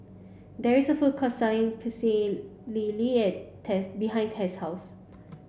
there is a food court selling Pecel Lele Tess behind Tess' house